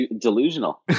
delusional